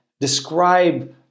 describe